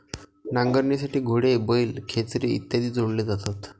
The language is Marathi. नांगरणीसाठी घोडे, बैल, खेचरे इत्यादी जोडले जातात